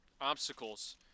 Obstacles